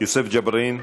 יוסף ג'בארין,